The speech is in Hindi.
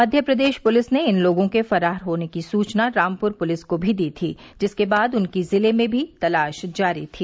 मध्य प्रदेश पुलिस ने इन लोगों के फरार होने की सूचना रामपुर पुलिस को भी दी थी जिसके बाद उनकी जिले में भी तलाश जारी थी